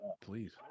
please